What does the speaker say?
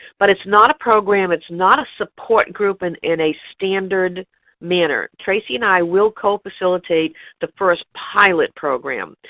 but it's not a program, it's not a support group and in a standard manner. tracy and i will co-facilitate the first pilot program.